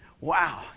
Wow